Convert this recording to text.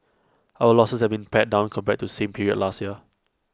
our losses have been pared down compared to same period last year